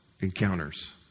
encounters